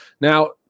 Now